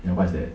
eh what's that